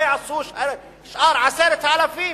מה יעשו שאר ה-10,000?